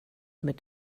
mit